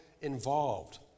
involved